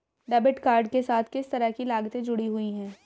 Debit card के साथ किस तरह की लागतें जुड़ी हुई हैं?